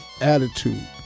attitude